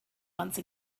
once